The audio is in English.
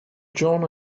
john